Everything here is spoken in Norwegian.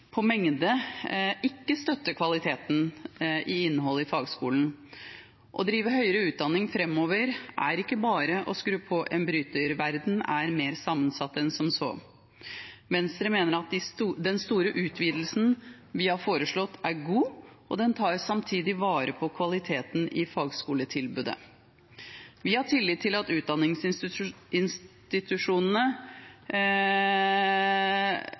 på mengde ikke støtter kvaliteten i innholdet i fagskolen. Å drive høyere utdanning framover er ikke bare å skru på en bryter, verden er mer sammensatt enn som så. Venstre mener at den store utvidelsen vi har foreslått, er god, og den tar samtidig vare på kvaliteten i fagskoletilbudet. Vi har tillit til